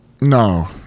No